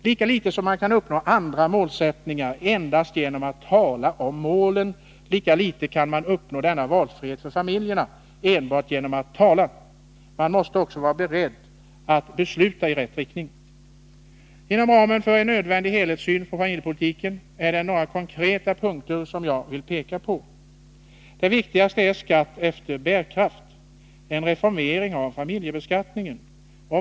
Lika litet som man kan uppnå andra målsättningar endast genom att tala om målen kan man uppnå denna valfrihet för familjerna enbart genom att tala om den. Man måste också vara beredd att besluta i rätt riktning. Inom ramen för en nödvändig helhetssyn på familjepolitiken finns några konkreta punkter som jag vill peka på. Den första och viktigaste punkten gäller skatt efter bärkraft, dvs. en reformering av familjebeskattningen.